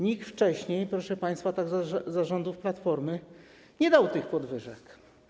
Nikt wcześniej, proszę państwa, za rządów Platformy, nie dał tych podwyżek.